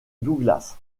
douglas